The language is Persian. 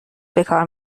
بکار